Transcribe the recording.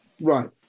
Right